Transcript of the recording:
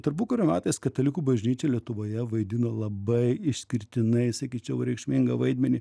tarpukario metais katalikų bažnyčia lietuvoje vaidino labai išskirtinai sakyčiau reikšmingą vaidmenį